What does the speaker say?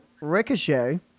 Ricochet